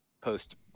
post